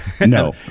No